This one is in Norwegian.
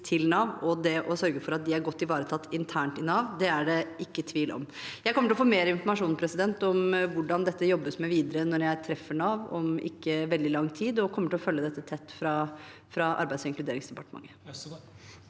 og det å sørge for at de er godt ivaretatt internt i Nav. Det er det ingen tvil om. Jeg kommer til å få mer informasjon om hvordan dette jobbes med videre, når jeg treffer Nav om ikke veldig lang tid, og kommer til å følge dette tett fra Arbeidsog inkluderingsdepartementet.